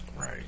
Right